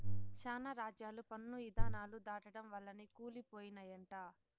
శానా రాజ్యాలు పన్ను ఇధానాలు దాటడం వల్లనే కూలి పోయినయంట